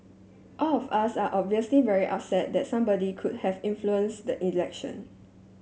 all of us are obviously very upset that somebody could have influence the election